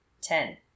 Ten